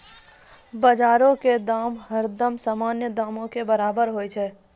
बजारो के दाम हरदम सामान्य दामो के बराबरे होय छै